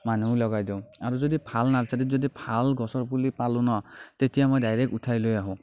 মানুহ লগাই দিওঁ আৰু যদি ভাল নাৰ্চাৰীত যদি ভাল গছৰ পুলি পালোঁ ন তেতিয়া মই ডাইৰেক্ট উঠাই লৈ আহোঁ